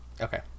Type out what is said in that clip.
okay